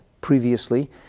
previously